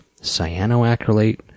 cyanoacrylate